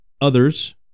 Others